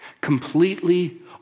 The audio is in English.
completely